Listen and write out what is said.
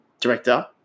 director